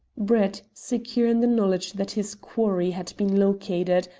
brett, secure in the knowledge that his quarry had been located,